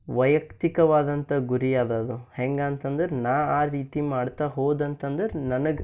ವೈಯಕ್ತಿಕವಾದಂಥ ಗುರಿ ಅದ ಅದು ಹೆಂಗಂತಂದ್ರೆ ನಾನು ಆ ರೀತಿ ಮಾಡ್ತಾ ಹೋದಂತಂದರೆ ನನಗೆ